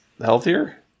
healthier